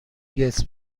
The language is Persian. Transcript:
گیتس